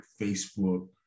facebook